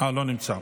לא נמצא.